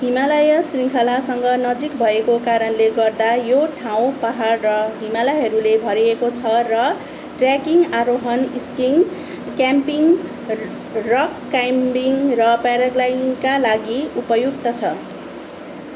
हिमालय शृङ्खलासँग नजिक भएको कारणले गर्दा यो ठाउँ पाहाड र हिमालहरूले भरिएको छ र ट्रेकिङ आरोहण स्किइङ क्याम्पिङ रक क्लाइम्बिङ र प्याराग्लाइडिङका लागि उपयुक्त छ